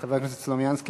תודה, חבר הכנסת סלומינסקי.